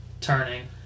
turning